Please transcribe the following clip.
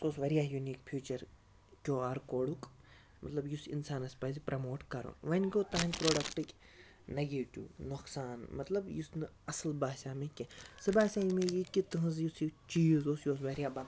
سُہ اوس واریاہ یوٗنیٖک پھیٖچَر کیٚو آر کوڑُک مَطلَب یُس اِنسانَس پَزِ پرٛیموٹ کَرُن وۅنۍ گوٚو تُہٕنٛدِ پرٛوڈَکٹٕچ نیٚگیٚٹِو نۅقصان مَطلَب یُس نہٕ اَصٕل باسیٚو مےٚ کیٚنٛہہ سُہ باسیٚو مےٚ یہِ کہِ تُہٕنٛز یُس یہِ چیٖز اوس یہِ اوس واریاہ بَکواس